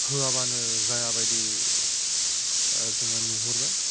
होआबानो जायाबायदि जों नुहरबाय